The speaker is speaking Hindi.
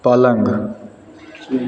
पलंग